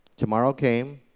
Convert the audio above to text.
tomorrow came,